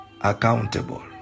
accountable